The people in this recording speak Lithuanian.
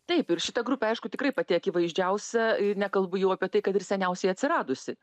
taip ir šita grupė aišku tikrai pati akivaizdžiausia i nekalbu jau apie tai kad ir seniausiai atsiradusi